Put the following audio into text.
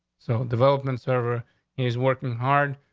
so development server is working hard.